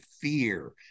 fear